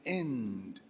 end